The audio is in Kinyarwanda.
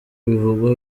bivugwa